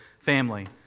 Family